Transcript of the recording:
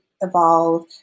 evolve